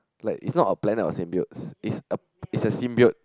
like is not a planet of sin builds is a is a sin build